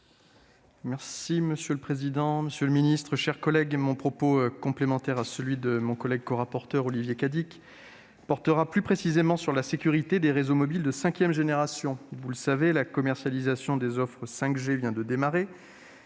avis. Monsieur le président, monsieur le ministre, mes chers collègues, mon propos, complémentaire à celui de mon collègue Olivier Cadic, porte plus précisément sur la sécurité des réseaux mobiles de cinquième génération (5G). La commercialisation des offres 5G vient de démarrer